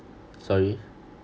sorry